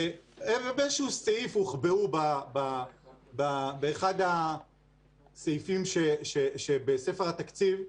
שהוחבאו באחד הסעיפים שבספר התקציב,